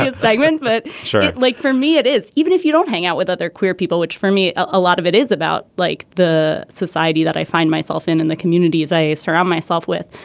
it. but sure. like for me it is. even if you don't hang out with other queer people which for me a lot of it is about like the society that i find myself in in the communities i surround myself with.